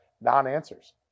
non-answers